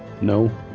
No